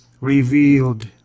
revealed